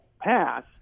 pass